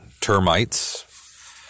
Termites